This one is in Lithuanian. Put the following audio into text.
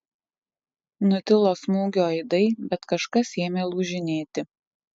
nutilo smūgio aidai bet kažkas ėmė lūžinėti